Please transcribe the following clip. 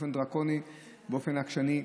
באופן דרקוני, באופן עקשני,